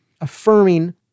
affirming